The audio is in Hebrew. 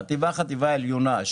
שלומדים בחטיבה ובחטיבה העליונה,